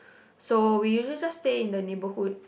so we usually just stay in the neighbourhood